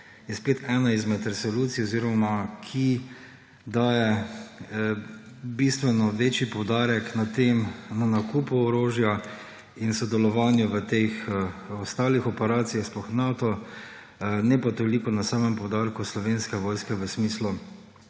je spet ena izmed resolucij, ki daje bistveno večji poudarek na nakup orožja in sodelovanje v teh ostalih operacijah, sploh Nata, ne pa toliko na sam poudarek Slovenske vojske v smislu